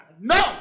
No